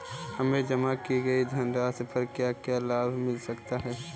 हमें जमा की गई धनराशि पर क्या क्या लाभ मिल सकता है?